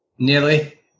Nearly